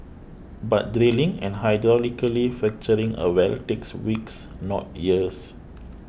but drilling and hydraulically fracturing a well takes weeks not years